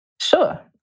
Sure